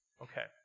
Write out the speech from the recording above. Okay